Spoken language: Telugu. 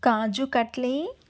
కాజు కట్లీ